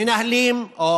מנהלים או